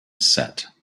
set